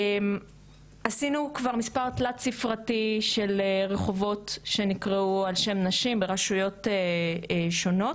עשינו כבר מספר תלת ספרתי של רחובות שנקראו על שם נשים ברשויות שונות.